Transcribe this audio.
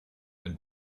and